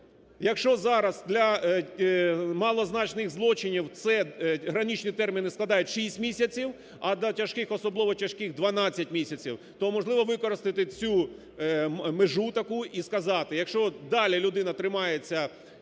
Якщо зараз для малозначних злочинів граничні терміни складають 6 місяців, а до тяжких і особливо тяжких 12 місяців, то можливо використати цю межу таку і сказати: якщо далі людина тримається